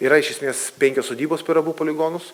yra iš esmės penkios sodybos per abu poligonus